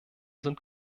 sind